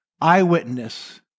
eyewitness